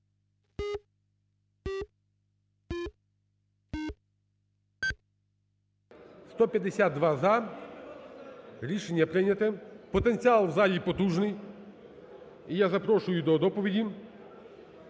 За-152 Рішення прийнято. Потенціал в залі потужний. І я запрошую до доповіді